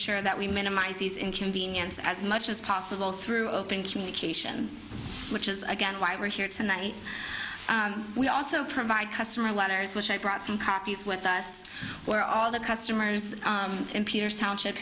sure that we minimize these inconvenience as much as possible through open communication which is again why we're here tonight we also provide customer letters which i brought some copies with us where all the customers in peter